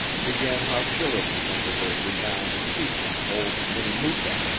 began hostilities under their renowned chieftain old winnemucca.